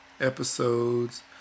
Episodes